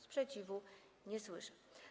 Sprzeciwu nie słyszę.